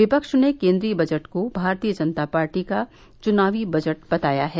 विपक्ष ने केन्द्रीय बजट को भारतीय जनता पार्टी का चुनावी बजट बताया है